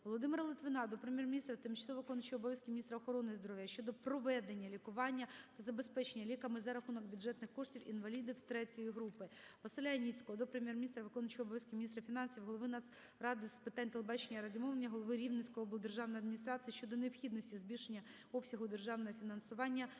Володимира Литвина до Прем'єр-міністра, тимчасово виконуючої обов'язки міністра охорони здоров'я щодо проведення лікування та забезпечення ліками за рахунок бюджетних коштів інвалідові III гр. ВасиляЯніцького до Прем'єр-міністра, виконувача обов'язків міністра фінансів, голови Нацради з питань телебачення і радіомовлення, голови Рівненської облдержавної адміністрації щодо необхідності збільшення обсягу державного фінансування